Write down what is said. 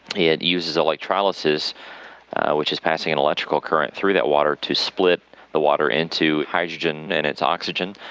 it uses electrolysis which is passing an electrical current through that water to split the water into hydrogen and its oxygen.